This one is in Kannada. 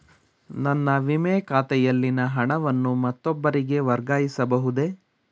ನನ್ನ ವಿಮೆ ಖಾತೆಯಲ್ಲಿನ ಹಣವನ್ನು ಮತ್ತೊಬ್ಬರಿಗೆ ವರ್ಗಾಯಿಸ ಬಹುದೇ?